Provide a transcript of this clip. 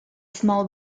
small